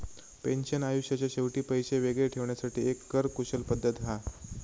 pension आयुष्याच्या शेवटी पैशे वेगळे ठेवण्यासाठी एक कर कुशल पद्धत हा